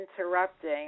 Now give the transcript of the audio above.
interrupting